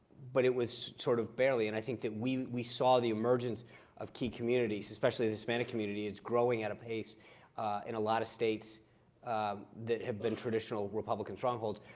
but it was sort of barely, and i think that we we saw the emergence of key communities, especially the hispanic community. it's growing at a pace in a lot of states that been traditional republican strongholds.